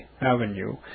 Avenue